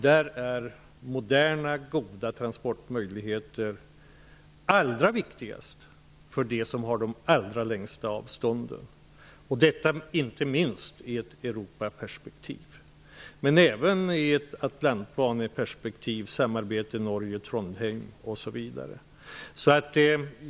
Moderna goda transportmöjligheter är allra viktigast för dem som har de allra längsta avstånden. Detta gäller inte minst i ett Europaperspektiv, men även i ett Atlantbaneperspektiv och med hänsyn till samarbete med Norge och Trondheim osv.